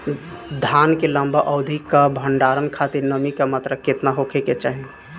धान के लंबा अवधि क भंडारण खातिर नमी क मात्रा केतना होके के चाही?